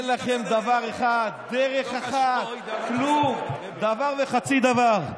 אין לכם דבר אחד, דרך אחת, כלום, דבר וחצי דבר.